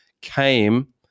came